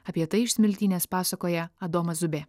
apie tai iš smiltynės pasakoja adomas zubė